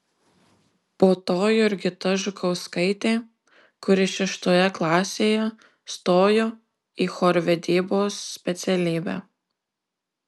po to jurgita žukauskaitė kuri šeštoje klasėje stojo į chorvedybos specialybę